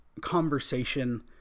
conversation